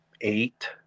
eight